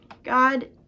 God